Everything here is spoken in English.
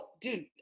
dude